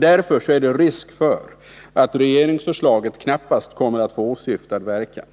Därför är det risk för att regeringsförslaget knappast kommer att få åsyftad verkan.